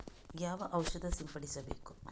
ಯಾವ ಔಷಧ ಸಿಂಪಡಿಸಬೇಕು?